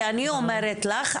כי אני אומרת לך,